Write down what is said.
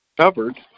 covered